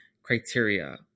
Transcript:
criteria